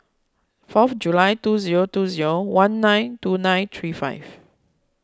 four of July two zero two zero one nine two nine three five